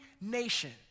nation